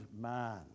man